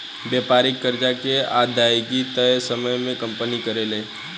व्यापारिक कर्जा के अदायगी तय समय में कंपनी करेले